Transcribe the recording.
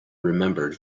remembered